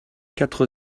quatre